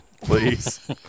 Please